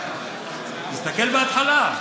תסתכל בהתחלה.